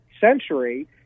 century